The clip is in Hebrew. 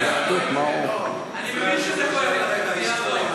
אני אותך לא קיזזתי בוועדת הכספים.